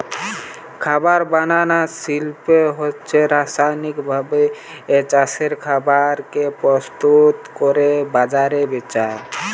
খাবার বানানার শিল্প হচ্ছে ব্যাবসায়িক ভাবে চাষের খাবার কে প্রস্তুত কোরে বাজারে বেচা